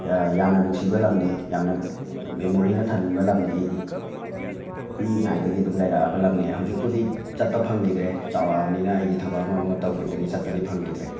ꯌꯥꯝꯅ ꯅꯨꯡꯁꯤꯕ ꯂꯝꯅꯦ ꯌꯥꯝꯅ ꯃꯦꯃꯣꯔꯤꯅ ꯊꯟꯕ ꯂꯝꯅꯦ ꯑꯩꯒꯤ ꯄꯤꯛꯏꯉꯥꯏꯗꯒꯤ ꯑꯗꯨꯝ ꯂꯩꯔꯛꯑꯕ ꯂꯝꯅꯦ ꯍꯧꯖꯤꯛꯄꯨꯗꯤ ꯆꯠꯄ ꯐꯪꯒꯤꯗ꯭ꯔꯦ ꯆꯥꯎꯔꯛꯑꯝꯅꯤꯅ ꯑꯩꯒꯤ ꯊꯕꯛ ꯑꯃ ꯑꯃ ꯇꯧꯒꯤꯕꯗꯒꯤ ꯆꯠꯄꯗꯤ ꯐꯪꯒꯤꯗ꯭ꯔꯦ